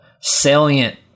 salient